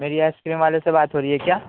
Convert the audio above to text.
میری ice cream والے سے بات ہو رہی ہے کیا